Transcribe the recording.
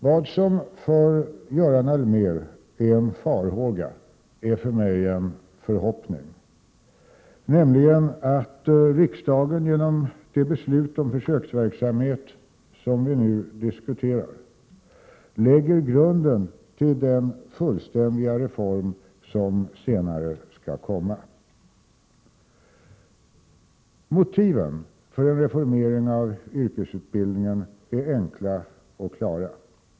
Vad som för Göran Allmér är en farhåga är för mig en förhoppning, nämligen att riksdagen genom det beslut om försöksverksamhet som vi nu diskuterar lägger grunden till den fullständiga reform som senare skall komma. Motiven för en reformering av yrkesutbildningen är enkla och klara.